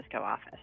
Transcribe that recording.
office